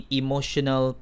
emotional